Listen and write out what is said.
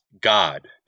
God